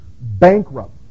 bankrupt